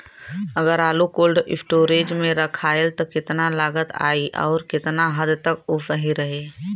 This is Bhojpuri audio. अगर आलू कोल्ड स्टोरेज में रखायल त कितना लागत आई अउर कितना हद तक उ सही रही?